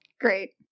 Great